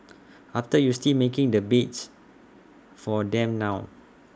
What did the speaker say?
after you still making the beds for them now